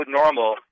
normal